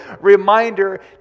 reminder